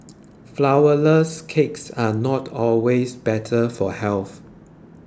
Flourless Cakes are not always better for health